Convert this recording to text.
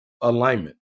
alignment